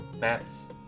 maps